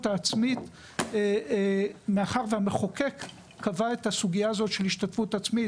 העצמית מאחר שהמחוקק קבע את הסוגיה הזאת של השתתפות עצמית,